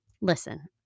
Listen